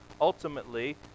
ultimately